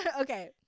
Okay